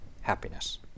happiness